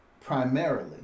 primarily